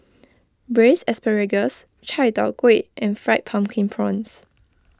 Braised Asparagus Chai Tow Kuay and Fried Pumpkin Prawns